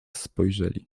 spojrzeli